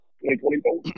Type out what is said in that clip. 2024